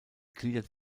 gliedert